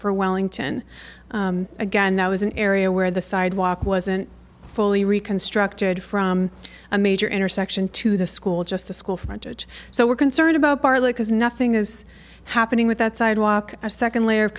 for wellington again that was an area where the sidewalk was fully reconstructed from a major intersection to the school just the school frontage so we're concerned about partly because nothing is happening with that sidewalk a second layer of